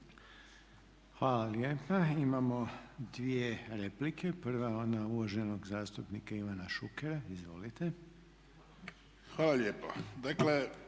Hvala lijepa. Imamo dvije replike. Prva je ona uvaženog zastupnika Ivana Šukera, izvolite. **Šuker,